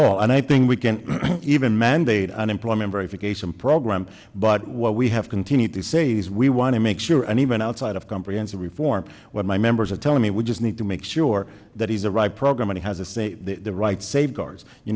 all and i think we can even mandate unemployment very few cation program but what we have continued to say is we want to make sure and even outside of comprehensive reform what my members are telling me we just need to make sure that he's arrived program and he has a say the right safeguards you